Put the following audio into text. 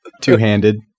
two-handed